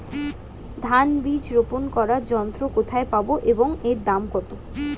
ধান বীজ রোপন করার যন্ত্র কোথায় পাব এবং এর দাম কত?